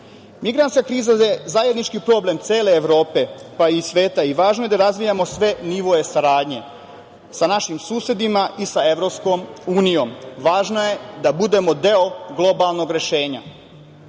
život. Migrantska kriza je zajednički problem cele Evrope, pa i sveta i važno je da razvijamo sve nivoe saradnje sa našim susedima i sa EU, važno je da budemo deo globalnog rešenja. Od